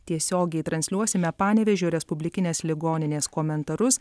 tiesiogiai transliuosime panevėžio respublikinės ligoninės komentarus